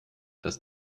das